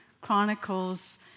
chronicles